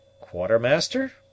Quartermaster